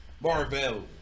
Marvel